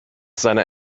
seiner